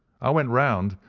i went round,